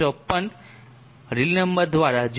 54 રેલી નંબર દ્વારા 0